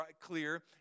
clear